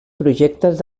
projectes